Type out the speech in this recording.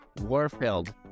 Warfield